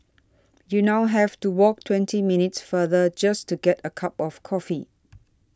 you now have to walk twenty minutes farther just to get a cup of coffee